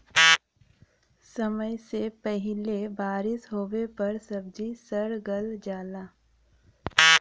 समय से पहिले बारिस होवे पर सब्जी सड़ गल जाला